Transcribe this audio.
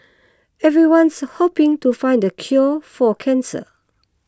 everyone's hoping to find the cure for cancer